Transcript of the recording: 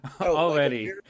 already